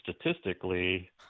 statistically